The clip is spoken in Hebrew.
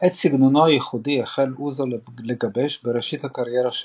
את סגנונו הייחודי החל אוזו לגבש בראשית הקריירה שלו,